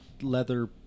leather